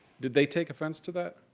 did they take offense to that?